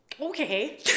okay